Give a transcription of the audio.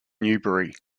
newberry